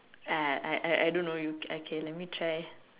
I I I don't know you okay let me try